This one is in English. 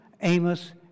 Amos